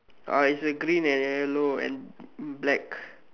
uh is a green and yellow and black